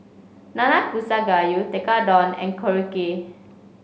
Nanakusa Gayu Tekkadon and Korokke